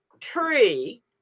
tree